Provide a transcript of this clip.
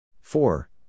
four